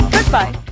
Goodbye